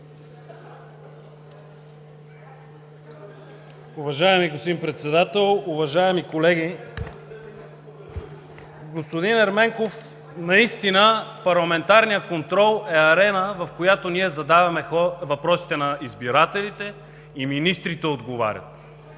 Уважаеми господин Председател, уважаеми колеги! Господин Ерменков, наистина парламентарият контрол е арена, в която ние задаваме въпросите на избирателите и министрите отговарят.